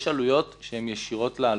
יש עלויות שהן ישירות להלוואה.